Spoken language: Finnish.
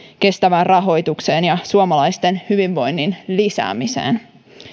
kestävään rahoitukseen ja suomalaisten hyvinvoinnin lisäämiseen